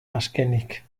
azkenik